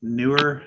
newer